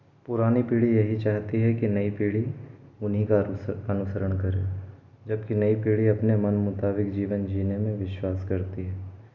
पुरानी पीढ़ी यही चाहती है कि नई पीढ़ी उन्हीं का अनुसरण करे जब कि नई पीढ़ी अपने मन मुताबिक जीवन जीने में विश्वास करती है